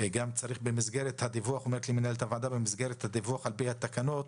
במסגרת הדיווח, על פי התקנות,